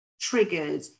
triggered